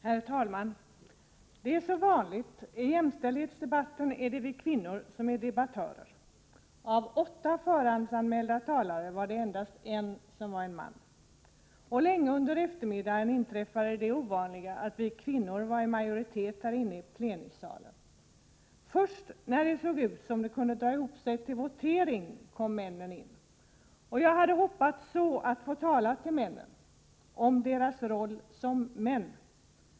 Herr talman! Det är som vanligt. I jämställdhetsdebatten är det vi kvinnor som är debattörer. Bland åtta förhandsanmälda talare var det endast en man. Och länge under eftermiddagen gällde det ovanliga att vi kvinnor var i majoritet här inne i plenisalen. Först när det såg ut som om det kunde dra ihop sig till votering kom männen in. Och jag hade hoppats så att få tala till männen om deras roll som män.